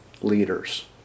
leaders